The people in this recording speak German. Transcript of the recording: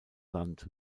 land